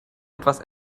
etwas